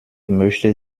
möchte